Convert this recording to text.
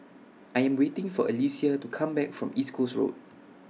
I Am waiting For Alecia to Come Back from East Coast Road